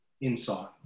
insight